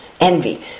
envy